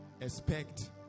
expect